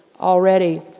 already